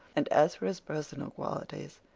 and as for his personal qualities,